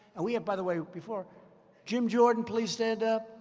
and we have by the way, before jim jordan, please stand up.